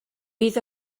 bydd